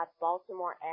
Baltimore